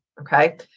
Okay